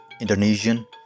Indonesian